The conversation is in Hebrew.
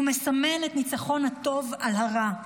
הוא מסמל את ניצחון הטוב על הרע,